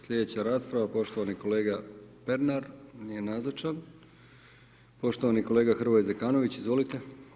Sljedeća rasprava poštovani kolega Pernar, nije nazočan, poštovani kolega Hrvoje Zekanović, izvolite.